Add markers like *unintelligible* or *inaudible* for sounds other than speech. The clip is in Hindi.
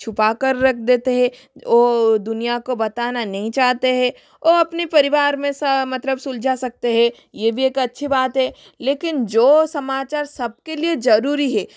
छुपा कर रख देते है ओ दुनिया को बताना नहीं चाहते है ओ अपने परिवार मे *unintelligible* मतलब सुलझा सकते है ये भी एक अच्छी बात है लेकिन जो समाचार सबके लिए जरूरी है